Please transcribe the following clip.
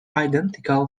identical